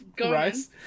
rice